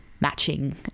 matching